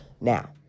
Now